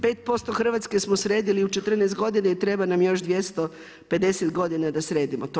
5% Hrvatske smo sredili u 14 godina i treba nam još 250 godina da sredimo to.